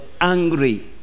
angry